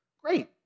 Great